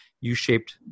U-shaped